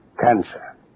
Cancer